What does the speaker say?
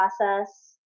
process